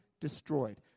destroyed